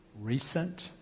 recent